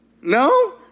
No